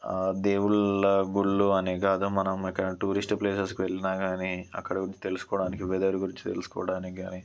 దేవుళ్ల గుడులు అనే కాదు మనం ఎక్కడనా టూరిస్ట్ ప్లేసెస్కి వెళ్లిన కాని అక్కడ తెలుసుకోవడానికి వెదర్ గురించి తెలుసుకోవడానికి కాని